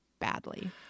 badly